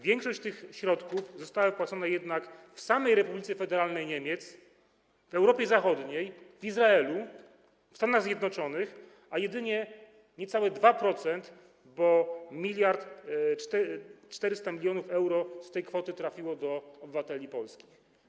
Większość tych środków została wypłacona jednak w samej Republice Federalnej Niemiec, w Europie Zachodniej, w Izraelu, w Stanach Zjednoczonych, a jedynie niecałe 2%, bo 1400 mln euro, tej kwoty trafiło do obywateli polskich.